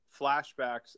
flashbacks